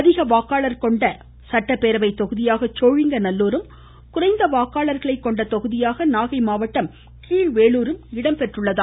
அதிக வாக்காளர்கள் கொண்ட சட்டப்பேரவை தொகுதியாக சோழிங்கநல்லூரும் குறைந்த வாக்காளர்கள் கொண்ட கொகுதியாக நாகை மாவட்டம் கீழ்வேளுரும் இடம்பெற்றுள்ளன